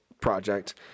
project